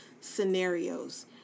scenarios